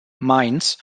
mainz